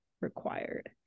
required